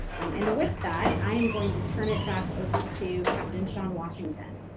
um and with that, i am going to turn it back over to captain sean washington.